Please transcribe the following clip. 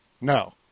No